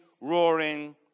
roaring